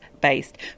based